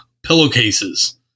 pillowcases